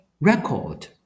record